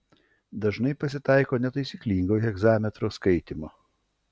dažnai pasitaiko netaisyklingo hegzametro skaitymo